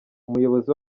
umuyobozi